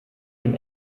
dem